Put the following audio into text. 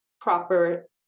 proper